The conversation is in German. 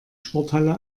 sporthalle